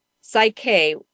psyche